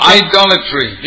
idolatry